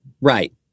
Right